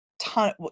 ton